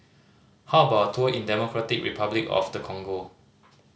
how about a tour in Democratic Republic of the Congo